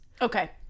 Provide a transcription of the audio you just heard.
Okay